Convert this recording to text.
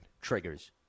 triggers